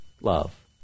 love